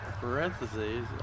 parentheses